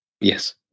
Yes